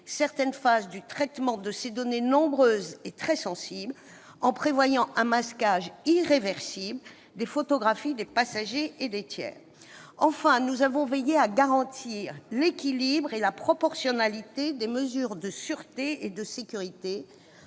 certaines phases du traitement des données, nombreuses et très sensibles, ainsi captées, en prévoyant un masquage irréversible des photographies des passagers et des tiers. Par ailleurs, nous avons veillé à garantir l'équilibre et la proportionnalité des mesures de sûreté et de sécurité,